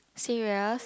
serious